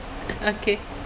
okay